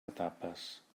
etapes